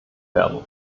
werden